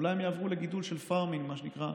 אולי הם יעברו לגידול של פארמים, מה שנקרא,